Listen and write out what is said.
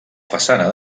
façana